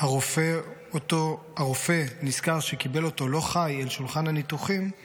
הרופא נזכר שקיבל אותו 'לא חי' אל שולחן הניתוחים /